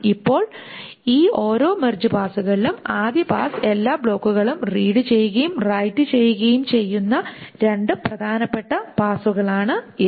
ഇപ്പോൾ ഈ ഓരോ മെർജ് പാസ്സുകളിലും ആദ്യ പാസ് എല്ലാ ബ്ലോക്കുകളും റീഡ് ചെയ്യുകയും റൈറ്റ് ചെയ്യുകയും ചെയ്യുന്ന രണ്ട് പ്രധാനപ്പെട്ട പാസുകളാണിത്